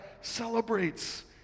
celebrates